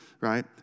right